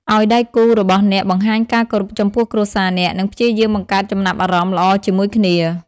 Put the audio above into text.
ឲ្យដៃគូរបស់អ្នកបង្ហាញការគោរពចំពោះគ្រួសារអ្នក និងព្យាយាមបង្កើតចំណាប់អារម្មណ៍ល្អជាមួយគ្នា។